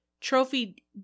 Trophy